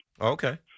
Okay